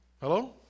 Hello